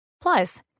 Plus